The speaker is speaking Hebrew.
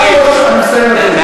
אדוני היושב-ראש,